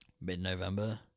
mid-November